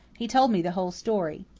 he told me the whole story.